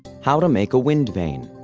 how to make a wind vane.